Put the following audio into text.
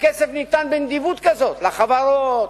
הכסף ניתן בנדיבות כזאת, לחברות,